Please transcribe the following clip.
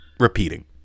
Repeating